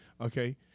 okay